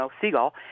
seagull